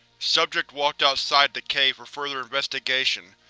subject walked outside the cave for further investigation,